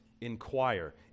inquire